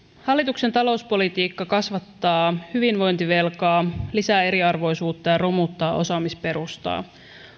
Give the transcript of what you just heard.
hallituksen talouspolitiikka kasvattaa hyvinvointivelkaa lisää eriarvoisuutta ja romuttaa osaamisperustaa